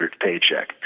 paycheck